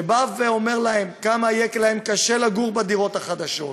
שאומר להם כמה יהיה להם קשה לגור בדירות החדשות,